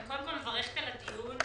אני מברכת על הדיון,